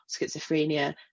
schizophrenia